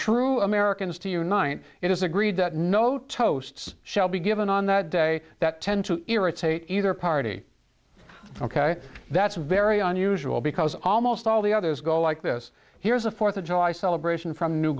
true americans tonight it is agreed that no toasts shall be given on that day that tend to irritate either party ok that's very unusual because almost all the others go like this here's a fourth of july celebration from new